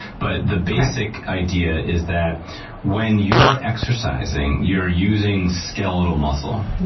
but the basic idea is that when you're exercising, you're using skeletal muscle.